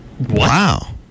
Wow